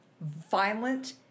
violent